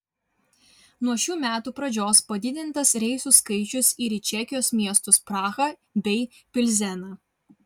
nuo šių metų pradžios padidintas reisų skaičius ir į čekijos miestus prahą bei pilzeną